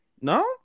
No